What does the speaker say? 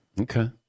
Okay